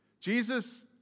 Jesus